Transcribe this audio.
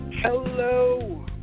Hello